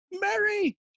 Mary